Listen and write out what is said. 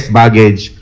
baggage